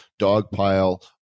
Dogpile